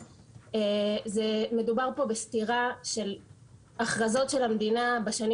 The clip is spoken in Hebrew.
יש פה סתירה להכרזות של המדינה בשנים